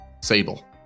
sable